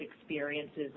experiences